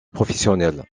professionnel